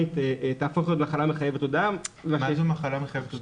תהפוך להיות מחלה מחייבת הודעה --- מה זה מחלה מחייבת הודעה?